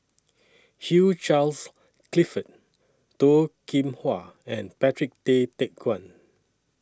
Hugh Charles Clifford Toh Kim Hwa and Patrick Tay Teck Guan